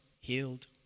healed